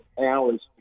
hours